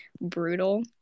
brutal